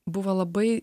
buvo labai